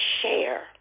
share